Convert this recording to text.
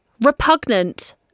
Repugnant